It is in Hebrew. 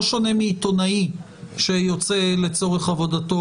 זה לא שונה מעיתונאי שיוצא לצורך עבודתו.